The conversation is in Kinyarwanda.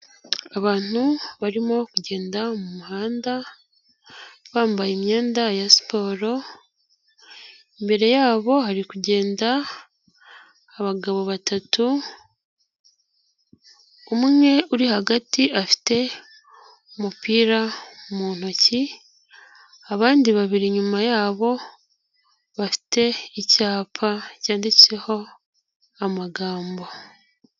Abantu barimo kugenda mu muhanda, bambaye imyenda ya siporo, imbere yabo bari kugenda abagabo batatu, umwe uri hagati afite umupira mu ntoki, abandi babiri inyuma yabo bafite icyapa cyanditseho amagambo.